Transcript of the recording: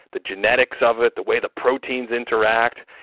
the genetics of it, the way the proteins interact,